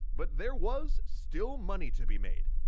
but there was still money to be made.